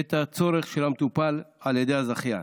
את הצורך של המטופל על ידי הזכיין,